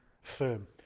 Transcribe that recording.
firm